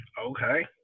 Okay